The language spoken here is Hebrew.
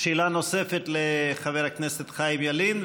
שאלה נוספת לחבר הכנסת חיים ילין,